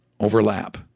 Overlap